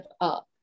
up